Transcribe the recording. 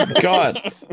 god